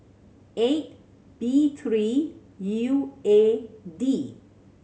eight B three U A D